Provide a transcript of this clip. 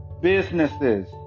businesses